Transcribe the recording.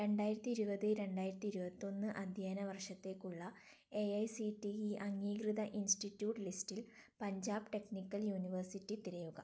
രണ്ടായിരത്തി ഇരുപത് രണ്ടായിരത്തി ഇരുപത്തൊന്ന് അധ്യയന വർഷത്തേക്കുള്ള A I C T E അംഗീകൃത ഇൻസ്റ്റിറ്റ്യൂട്ട് ലിസ്റ്റിൽ പഞ്ചാബ് ടെക്നിക്കൽ യൂണിവേഴ്സിറ്റി തിരയുക